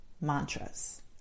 mantras